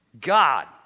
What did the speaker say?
God